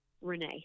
Renee